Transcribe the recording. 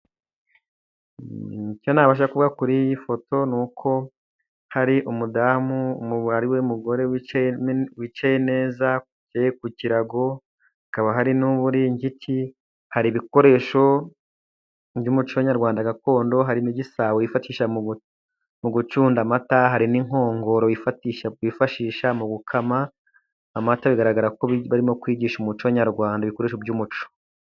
Icyo nabasha kuvuga kuri iyi foto n'uko hari umudamu ariwe mugore wicaye neza ku kirago. Hakaba hari n'uburingiti, hari ibikoresho by'umuco nyarwanda gakondo hari n'igisabo wifashisha mu gucunda amata. Hari n'inkongoro bifashisha mu gukama amata bigaragara ko barimo kwigisha umuco nyarwanda ibikoresho by'umuco.